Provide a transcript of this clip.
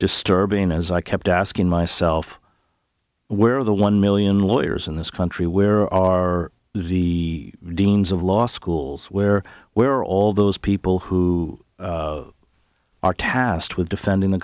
disturbing as i kept asking myself where are the one million lawyers in this country where are the deans of law schools where where are all those people who are tasked with defending the